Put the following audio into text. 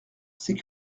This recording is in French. c’est